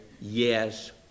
yes